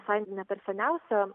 visai ne per seniausią